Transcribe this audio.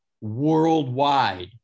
worldwide